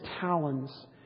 talons